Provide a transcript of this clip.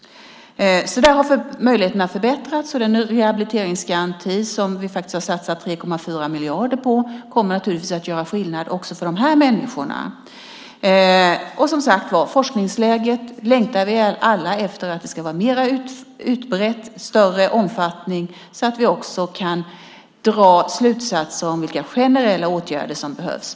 Där har alltså möjligheterna förbättrats. Den rehabiliteringsgaranti som vi har satsat 3,4 miljarder på kommer naturligtvis att göra skillnad också för de här människorna. Beträffande forskningsläget längtar vi alla, som sagt, efter en större utbredning, en större omfattning, så att vi också kan dra slutsatser om vilka generella åtgärder som behövs.